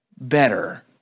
better